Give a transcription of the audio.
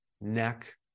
neck